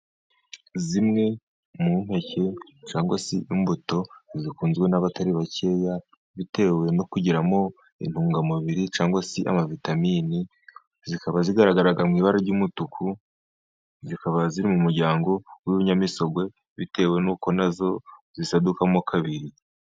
Zimwe mu mpeke cyangwa se imbuto zikunzwe n'abatari bakeya, bitewe no kugiramo intungamubiri cyangwa se amavitamini, zikaba zigaragara mu ibara ry'umutuku, zikaba ziri mu muryango w'ibinyamisogwe bitewe n'uko na zo zisadukamo kabiri.